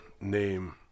name